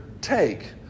take